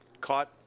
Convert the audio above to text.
caught